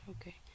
Okay